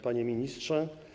Panie Ministrze!